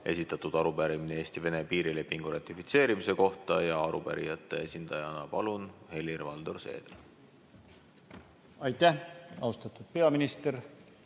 esitatud arupärimine Eesti-Vene piirilepingu ratifitseerimise kohta. Arupärijate esindajana, palun, Helir-Valdor Seeder! Aitäh! Austatud peaminister!